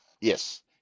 Yes